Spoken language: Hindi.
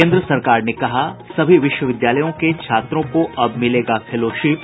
केंद्र सरकार ने कहा सभी विश्वविद्यालय के छात्रों को अब मिलेगा फेलोशिप